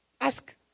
Ask